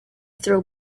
throw